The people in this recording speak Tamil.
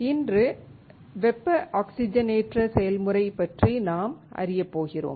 இன்று வெப்ப ஆக்ஸிஜனேற்ற செயல்முறை பற்றி நாம் அறியப்போகிறோம்